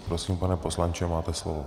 Prosím, pane poslanče, máte slovo.